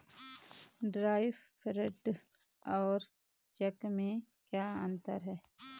Draft और cheque में क्या अंतर है?